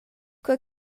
quei